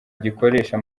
gikoresha